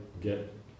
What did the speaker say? get